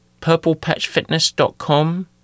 Purplepatchfitness.com